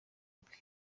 bwe